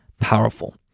powerful